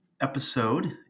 episode